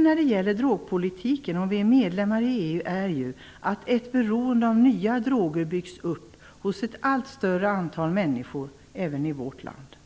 När det gäller drogpolitiken är risken, om vi är medlemmar i EU, att ett beroende av nya droger byggs upp hos ett allt större antal människor även i vårt land.